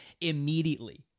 immediately